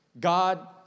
God